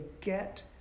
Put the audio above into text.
get